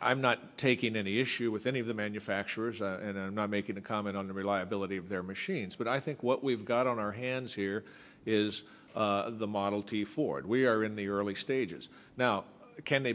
i'm not taking any issue with any of the manufacturers and i'm not making a comment on the reliability of their machines but i think what we've got on our hands here is the model t ford we are in the early stages now can they